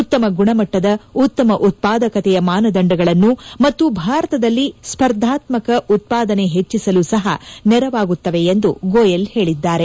ಉತ್ತಮ ಗುಣಮಟ್ಟದ ಉತ್ತಮ ಉತ್ಪಾದಕತೆಯ ಮಾನದಂಡಗಳನ್ನು ಮತ್ತು ಭಾರತದಲ್ಲಿ ಸ್ಪರ್ಧಾತ್ಕ ಉತ್ಪಾದನೆ ಹೆಚ್ಚಿಸಲು ಸಹ ನೆರವಾಗುತ್ತವೆ ಎಂದು ಗೋಯಲ್ ಹೇಳಿದ್ದಾರೆ